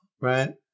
right